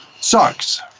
Sucks